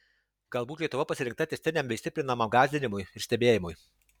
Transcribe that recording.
galbūt lietuva pasirinkta tęstiniam bei stiprinamam gąsdinimui ir stebėjimui